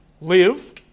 live